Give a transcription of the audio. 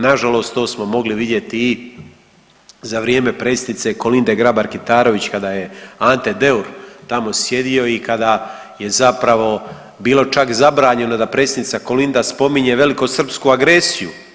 Nažalost to smo mogli vidjeti i za vrijeme predsjednice Kolinde Grabar Kitarović kada je Ante Deur tamo sjedio i kada je zapravo bilo čak zabranjeno da predsjednica Kolinda spominje velikosrpsku agresiju.